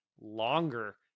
Longer